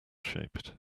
shaped